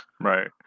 Right